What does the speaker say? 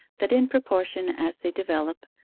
that in proportion as they develop,